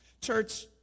church